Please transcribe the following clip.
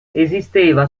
esisteva